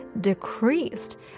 decreased